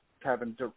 Kevin